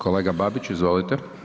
Kolega Bačić, izvolite.